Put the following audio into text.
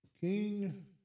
King